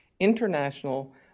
international